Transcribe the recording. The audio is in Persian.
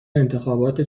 انتخابات